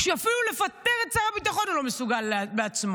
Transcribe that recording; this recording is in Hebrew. שהוא אפילו לפטר את שר הביטחון הוא לא מסוגל בעצמו,